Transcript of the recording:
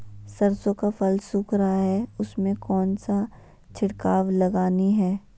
सरसो का फल सुख रहा है उसमें कौन सा छिड़काव लगानी है?